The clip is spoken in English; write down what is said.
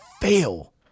fail